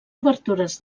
obertures